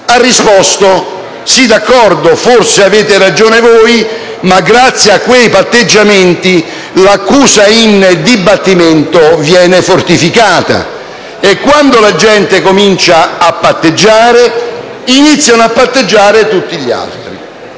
ha risposto di essere d'accordo e che forse noi abbiamo ragione, ma grazie a quei patteggiamenti l'accusa in dibattimento viene fortificata e, quando la gente comincia a patteggiare, iniziano a patteggiare tutti gli altri.